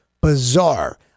Bizarre